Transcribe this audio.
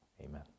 amen